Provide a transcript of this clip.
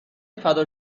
فدا